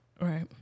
Right